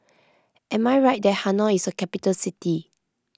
am I right that Hanoi is a capital city